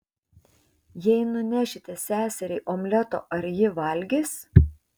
jei nunešite seseriai omleto ar ji valgys